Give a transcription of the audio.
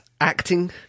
Acting